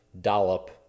dollop